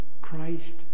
Christ